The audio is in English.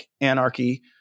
anarchy